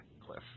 cliff